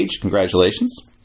Congratulations